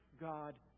God